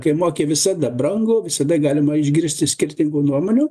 kai moki visada brangu visada galima išgirsti skirtingų nuomonių